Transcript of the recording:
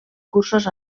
cursos